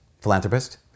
philanthropist